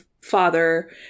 father